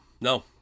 no